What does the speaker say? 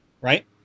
right